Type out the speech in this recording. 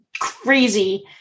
crazy